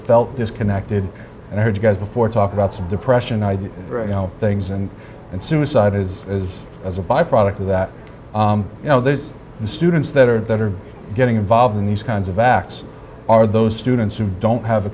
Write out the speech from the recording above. felt disconnected and heard guys before talk about some depression i do things and and suicide is as a byproduct of that you know there's the students that are that are getting involved in these kinds of acts are those students who don't have a